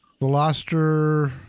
Veloster